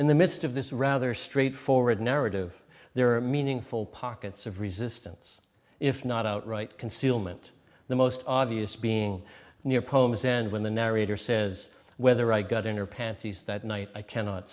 in the midst of this rather straightforward narrative there are meaningful pockets of resistance if not outright concealment the most obvious being near poems and when the narrator says whether i got in your panties that night i cannot